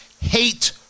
hate